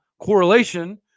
correlation